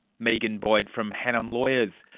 megan boyd from hannam lawyers.